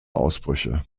ausbrüche